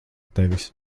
tevis